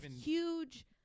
huge